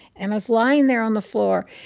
and i was lying there on the floor,